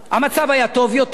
המצב היה טוב יותר,